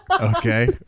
okay